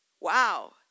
Wow